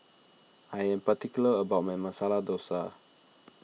I am particular about my Masala Dosa